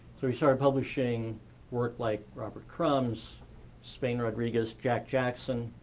so we started publishing work like robert crumb, so spain rodrigues, jack jackson,